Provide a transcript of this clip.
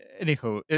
anyhow